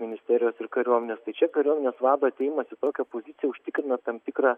ministerijos ir kariuomenės tai čia kariuomenės vado atėjimas į tokią poziciją užtikrina tam tikrą